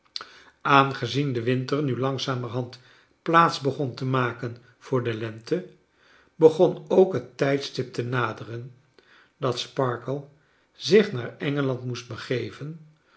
aangezien de winter nu langzameerhand plaats begon te maken voor de lente begon ook hefc tijdstip te naderen dat sparkler zich naar engeland moest begeven